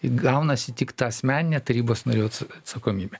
gaunasi tik ta asmeninė tarybos narių atsakomybė